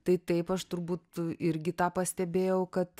tai taip aš turbūt irgi tą pastebėjau kad